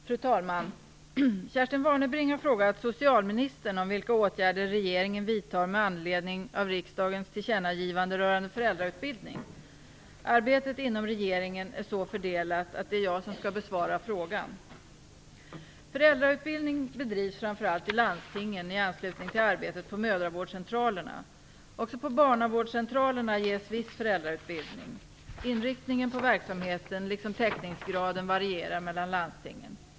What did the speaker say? Fru talman! Kerstin Warnerbring har frågat socialministern om vilka åtgärder regeringen vidtar med anledning av riksdagens tillkännagivande rörande föräldrautbildning. Arbetet inom regeringen är så fördelat att det är jag som skall besvara frågan. Föräldrautbildning bedrivs framför allt i landstingen i anslutning till arbetet på mödravårdscentralerna. Också på barnavårdscentralerna ges viss föräldrautbildning. Inriktningen på verksamheten liksom täckningsgraden varierar mellan landstingen.